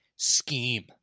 scheme